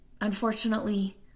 unfortunately